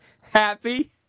happy